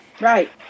Right